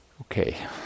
Okay